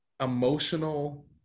emotional